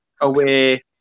away